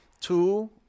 Two